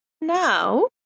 now